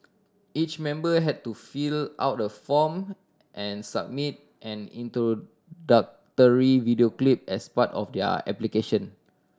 each member had to fill out a form and submit an introductory video clip as part of their application